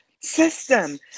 system